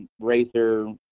racer